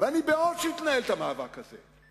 ואני מאוד שהיא תנהל את המאבק הזה.